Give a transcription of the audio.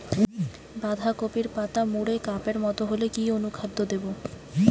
বাঁধাকপির পাতা মুড়ে কাপের মতো হলে কি অনুখাদ্য দেবো?